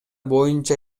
боюнча